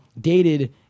dated